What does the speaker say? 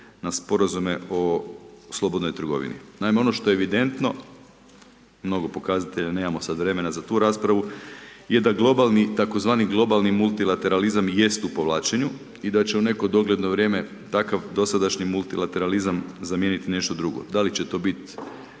na sporazume o slobodnoj trgovini. Naime, ono što je evidentno, mnogo pokazatelja, nemamo sad vremena za tu raspravu, je da globalni takozvani globalni multilateralizam jest u povlačenju, i da će u neko dogledno vrijeme takav dosadašnji multilateralizam zamijeniti nešto drugo, da li će to bit